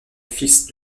fils